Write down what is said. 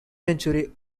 century